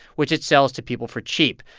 which it sells to people for cheap.